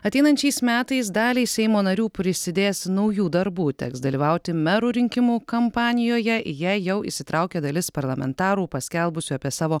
ateinančiais metais daliai seimo narių prisidės naujų darbų teks dalyvauti merų rinkimų kampanijoje į ją jau įsitraukė dalis parlamentarų paskelbusių apie savo